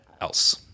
else